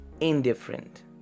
indifferent